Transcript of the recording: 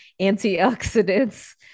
antioxidants